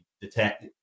detect